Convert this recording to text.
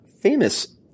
famous